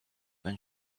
when